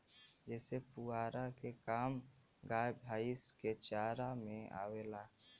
जेसे पुआरा के काम गाय भैईस के चारा में आवेला